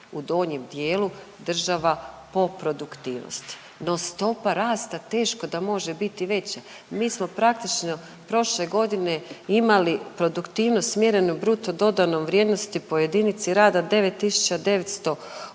u donjem dijelu država po produktivnosti. No, stopa rasta teško da može biti veća. Mi smo praktično prošle godine imali produktivnost mjerenu bruto dodatnom vrijednosti po jedinici rada 9908